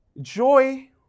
Joy